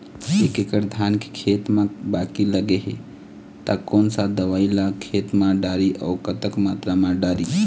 एक एकड़ धान के खेत मा बाकी लगे हे ता कोन सा दवई ला खेत मा डारी अऊ कतक मात्रा मा दारी?